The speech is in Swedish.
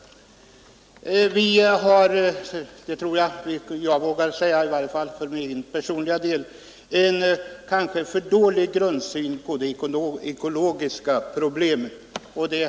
Vi har kanske — i varje fall vågar jag säga det för min personliga del — en alltför dålig grundsyn när det gäller de ekologiska problemen.